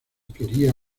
quería